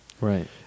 Right